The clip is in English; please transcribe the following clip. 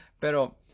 pero